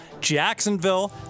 Jacksonville